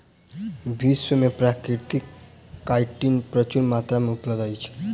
विश्व में प्राकृतिक काइटिन प्रचुर मात्रा में उपलब्ध अछि